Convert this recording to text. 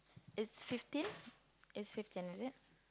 it's fifteen it's weekend is it